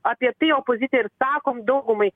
apie tai opozicija ir sakom daugumai